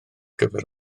gyfer